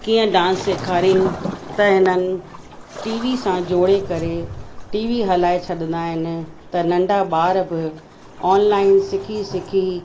कीअं डांस सेखारीनि त हिननि टी वी सां जोड़े करे टी वी हलाए छॾंदा आहिनि त नंढा ॿार बि ऑनलाइन सिखी सिखी